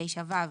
9ו,